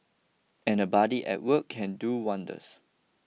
and a buddy at work can do wonders